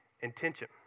intention